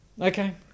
Okay